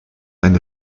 eine